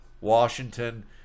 Washington